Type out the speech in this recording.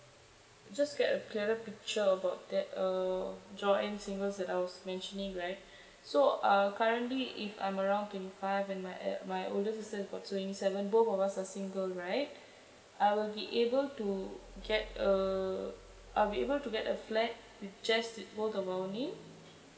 just get a clearer picture about that uh joint singles that I was mentioning right so uh currently if I'm around twenty five and my my older sister is twenty seven both of us are single right I will be able to get a I'll be able to get a flat with just both of our name